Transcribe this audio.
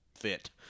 fit